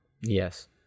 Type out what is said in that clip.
Yes